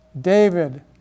David